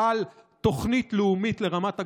על תוכנית לאומית לרמת הגולן.